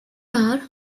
are